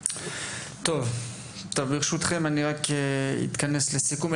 טוב, ברשותכם אני אתכנס לסיכום.